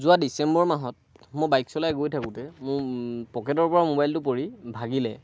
যোৱা ডিচেম্বৰ মাহত মই বাইক চলাই গৈ থাকোঁতে মোৰ পকেটৰ পৰা ম'বাইলটো পৰি ভাগিলে